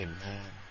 Amen